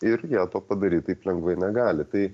ir jie to padaryt taip lengvai negali tai